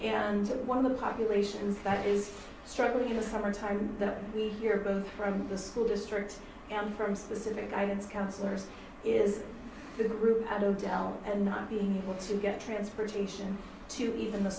and one of the popular that is struggling in the summertime that we hear both from the school district and from specific guidance counselors is the group i don't know and not being able to get transportation to even the